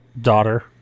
daughter